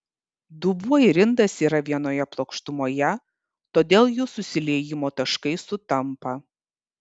dubuo ir indas yra vienoje plokštumoje todėl jų susiliejimo taškai sutampa